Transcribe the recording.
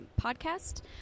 podcast